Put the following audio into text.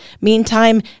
meantime